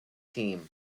team